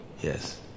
Yes